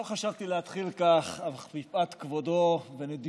לא חשבתי להתחיל כך, אך מפאת כבודו ונדיבותו